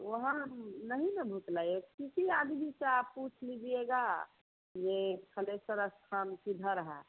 वहाँ नहीं ना भुतलाइए किसी आदमी से आप पूछ लीजिएगा कि ये थलेसर स्थान किधर है